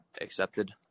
accepted